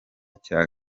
cya